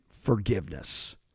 Forgiveness